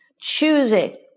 choosing